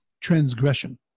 transgression